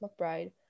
McBride